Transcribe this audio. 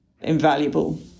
invaluable